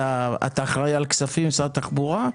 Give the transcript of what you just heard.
אתה אחראי על כספים במשרד התחבורה?